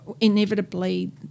inevitably